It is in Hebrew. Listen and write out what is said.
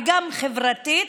וגם חברתית,